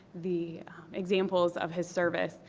the examples of his service,